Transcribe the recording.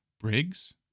Briggs